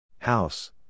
House